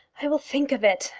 i will think of it,